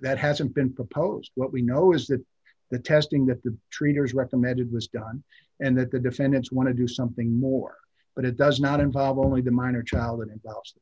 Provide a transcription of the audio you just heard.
that hasn't been proposed what we know is that the testing that the treaters recommended was done and that the defendants want to do something more but it does not involve only the minor child it involves